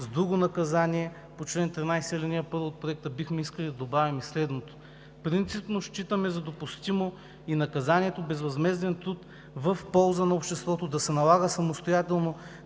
с друго наказание по чл. 13, ал. 1 от Проекта, бихме искали да добавим и следното: принципно считаме за допустимо и наказанието „безвъзмезден труд“ в полза на обществото да се налага самостоятелно